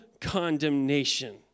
condemnation